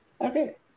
Okay